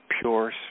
pure